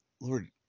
lord